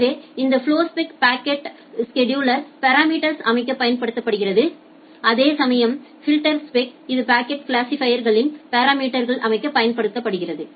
எனவே இந்தஃப்ளோஸ்பெக் பாக்கெட் ஸெடுலர்களில் பாராமீட்டர்கள் அமைக்கப் பயன்படுகிறது அதே சமயம் ஃபில்டர்ஸ்பெக் இது பாக்கெட் கிளாசிபைர் களில் பாராமீட்டர்கள் அமைக்க பயன்படுகிறது